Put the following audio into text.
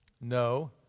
no